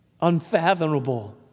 unfathomable